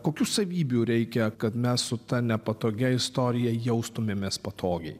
kokių savybių reikia kad mes su ta nepatogia istorija jaustumėmės patogiai